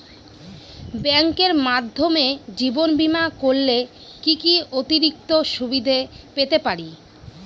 ব্যাংকের মাধ্যমে জীবন বীমা করলে কি কি অতিরিক্ত সুবিধে পেতে পারি?